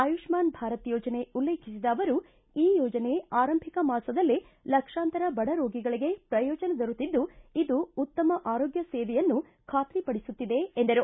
ಆಯುಷ್ಮಾನ ಭಾರತ ಯೋಜನೆ ಉಲ್ಲೇಖಿಸಿದ ಅವರು ಈ ಯೋಜನೆ ಆರಂಭಿಕ ಮಾಸದಲ್ಲೇ ಲಕ್ಷಾಂತರ ಬಡ ರೋಗಿಗಳಿಗೆ ಪ್ರಯೋಜನ ದೊರೆತಿದ್ದು ಇದು ಉತ್ತಮ ಆರೋಗ್ಯ ಸೇವೆಯನ್ನು ಖಾತ್ರಿಪಡಿಸುತ್ತಿದೆ ಎಂದರು